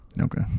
Okay